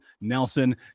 Nelson